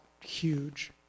huge